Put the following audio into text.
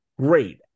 great